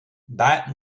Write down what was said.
bad